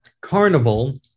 carnival